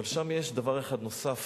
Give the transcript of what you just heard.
אבל שם יש דבר אחד נוסף,